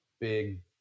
big